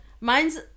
Mine's